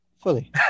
fully